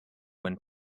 when